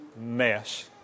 mess